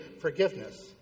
forgiveness